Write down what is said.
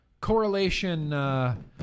correlation